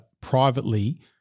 privately